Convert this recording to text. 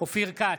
אופיר כץ,